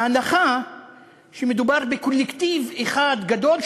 ההנחה שמדובר בקולקטיב אחד גדול,